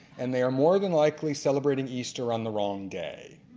and they are more than likely celebrating easter on the wrong day.